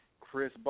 Chris